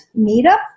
meetup